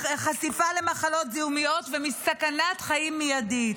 מחשיפה למחלות זיהומיות ומסכנת חיים מיידית.